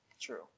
True